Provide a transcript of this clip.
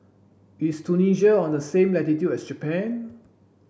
is Tunisia on the same latitude as Japan